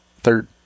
third